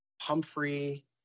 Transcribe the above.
Humphrey